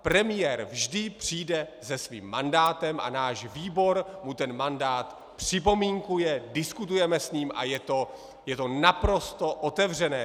Premiér vždy přijde se svým mandátem a náš výbor mu ten mandát připomínkuje, diskutujeme s ním a je to naprosto otevřené.